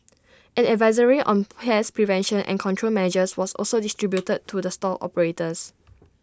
an advisory on pest prevention and control managers was also distributed to the store operators